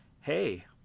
hey